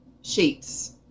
sheets